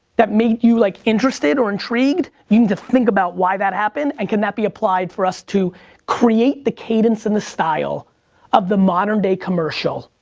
that made you like interested or intrigued, you need to think about why that happened and can that be applied for us to create the cadence and the style of the modern-day commercial.